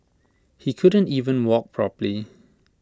he couldn't even walk properly